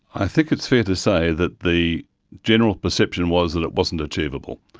i think it's fair to say that the general perception was that it wasn't achievable,